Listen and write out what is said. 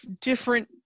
different